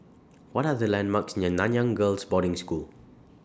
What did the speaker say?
What Are The landmarks near Nanyang Girls' Boarding School